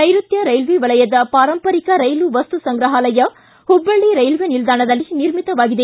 ನೈಋತ್ಯ ರೈಲ್ವೆ ವಲಯದ ಪಾರಂಪರಿಕ ರೈಲು ವಸ್ತು ಸಂಗ್ರಹಾಲಯ ಹುಬ್ಬಳ್ಳಿ ರೈಲ್ವೆ ನಿಲ್ದಾಣದಲ್ಲಿ ನಿರ್ಮಿತವಾಗಿದೆ